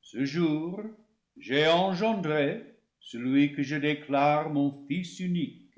ce jour j'ai engendré celui que je déclare mon fils unique